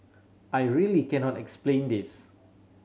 I really cannot explain this